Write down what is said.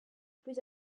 plus